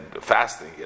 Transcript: fasting